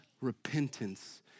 repentance